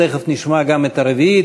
תכף נשמע גם את הרביעית.